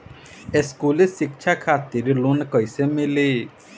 स्कूली शिक्षा खातिर लोन कैसे मिली?